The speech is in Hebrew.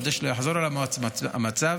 וכדי שלא יחזור על עצמו המצב